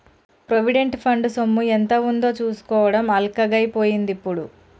provident fund సొమ్ము ఎంత ఉందో చూసుకోవడం అల్కగై పోయిందిప్పుడు